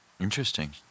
Interesting